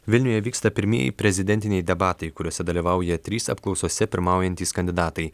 vilniuje vyksta pirmieji prezidentiniai debatai kuriuose dalyvauja trys apklausose pirmaujantys kandidatai